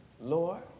Lord